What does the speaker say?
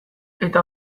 eta